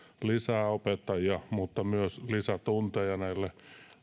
lisää opettajia mutta myös lisätunteja näille